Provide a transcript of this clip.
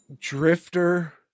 Drifter